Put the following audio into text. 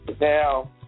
Now